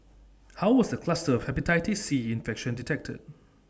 how was the cluster of Hepatitis C infection detected